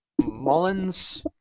Mullins